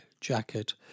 jacket